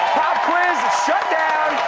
quiz shut down